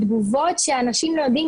התגובות שאנשים לועגים,